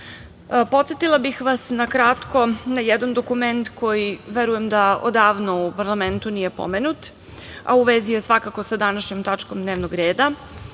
nalaze. Podsetila bih vas na kratko na jedan dokument, na koji verujem, da odavno u parlamentu nije pomenut, a u vezi je svakako sa današnjom tačkom dnevnog reda,